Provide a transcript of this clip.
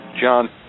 John